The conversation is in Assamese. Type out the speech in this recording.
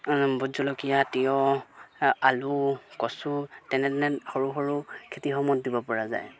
ভূত জলকীয়া তিয়ঁহ আলু কচু তেনেধৰণে সৰু সৰু খেতিসমূহত দিব পৰা যায়